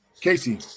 Casey